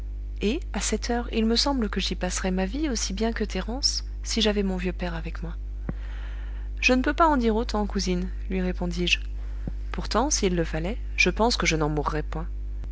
et à cette heure il me semble que j'y passerais ma vie aussi bien que thérence si j'avais mon vieux père avec moi je ne peux pas en dire autant cousine lui répondis-je pourtant s'il le fallait je pense que je n'en mourrais point